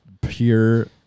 pure